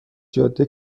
جاده